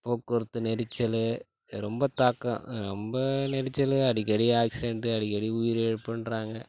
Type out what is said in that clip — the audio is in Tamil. போக்குவரத்து நெரிசலு ரொம்ப தாக்கம் ரொம்ப நெரிசலு அடிக்கடி ஆக்சிடெண்ட்டு அடிக்கடி உயிர் இழப்புன்றாங்க